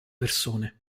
persone